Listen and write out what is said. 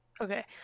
Okay